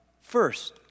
first